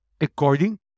according